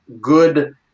good